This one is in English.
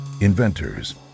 inventors